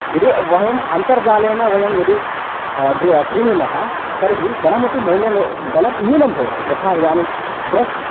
यदि वयम् अन्तर्जालेन वयम् यदि ग्रि क्रीणीमः तर्हि धनमपि मूल्यं धनं न्यूनं भवति यथा इदानीं ड्रस्